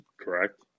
Correct